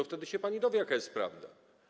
Wtedy się pani dowie, jaka jest prawda.